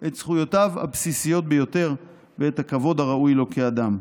את זכויותיו הבסיסיות ביותר ואת הכבוד הראוי לו כאדם.